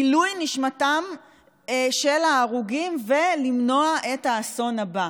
לעילוי נשמתם של ההרוגים ולמנוע את האסון הבא.